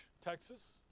Texas